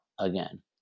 Again